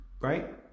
right